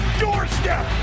doorstep